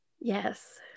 Yes